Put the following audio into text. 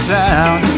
town